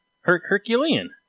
Herculean